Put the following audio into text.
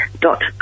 dot